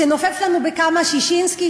תנופף לנו בכמה ששינסקי,